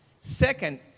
Second